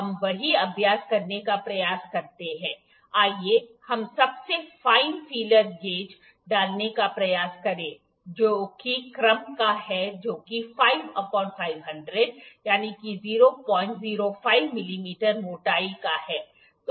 अब हम वही अभ्यास करने का प्रयास करते हैं आइए हम सबसे फाईन फीलर गाॅज डालने का प्रयास करें जो के क्रम का है जो कि ००५ मिमी मोटाई का है